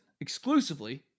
exclusively